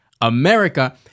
america